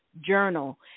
journal